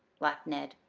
laughed ned.